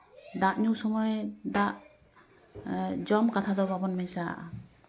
ᱫᱟᱜ ᱧᱩ ᱥᱚᱢᱚᱭ ᱫᱟᱜ ᱡᱚᱢ ᱠᱟᱛᱷᱟ ᱫᱚ ᱵᱟᱵᱚᱱ ᱢᱮᱥᱟᱣᱟᱜᱼᱟ